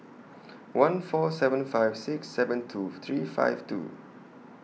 one four seven five six seven two three five two